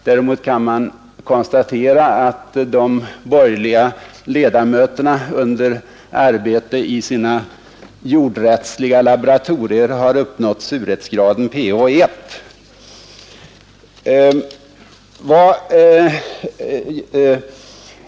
Däremot kan man konstatera att de borgerliga talarna under arbetet i sina jordrättsliga laboratorier har uppnått surhetsgraden pH 1.